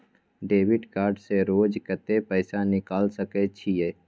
Debit card से रोज कत्ते पैसा निकाल सके छिये?